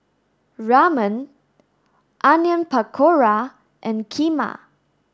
Ramen Onion Pakora and Kheema